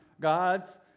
gods